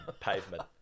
pavement